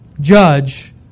Judge